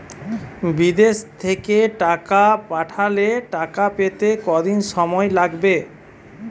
বিদেশ থেকে টাকা পাঠালে টাকা পেতে কদিন সময় লাগবে?